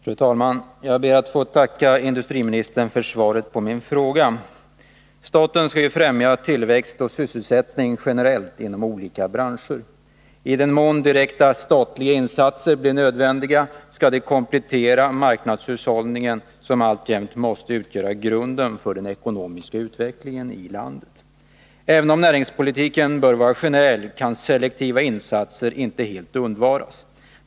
Fru talman! Jag ber att få tacka industriministern för svaret på min fråga. Staten skall ju främja tillväxt och sysselsättning generellt och inom olika branscher. I den mån direkta statliga insatser blir nödvändiga skall de komplettera marknadshushållningen, som alltjämt måste utgöra grunden för den ekonomiska utvecklingen i landet. Även om näringspolitiken bör vara generell, kan selektiva insatser inte helt undvaras.